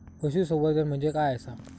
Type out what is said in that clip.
पशुसंवर्धन म्हणजे काय आसा?